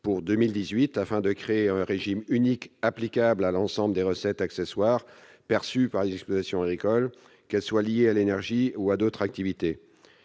pour 2018, afin de créer un régime unique applicable à l'ensemble des recettes accessoires perçues par les exploitants agricoles, qu'elles soient liées à la production d'énergie ou à d'autres activités.